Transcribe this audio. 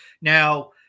Now